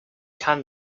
can